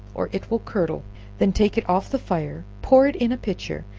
or it will curdle then take it off the fire, pour it in a pitcher,